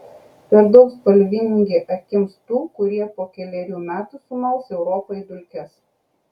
per daug spalvingi akims tų kurie po kelerių metų sumals europą į dulkes